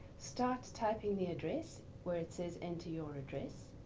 start typing the address where it says enter your address